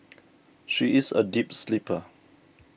she is a deep sleeper